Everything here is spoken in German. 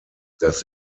dass